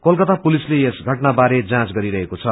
कोलकाता पुलिसले यस घटनाबारे जाँच गरिरहेको छ